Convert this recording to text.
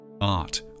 art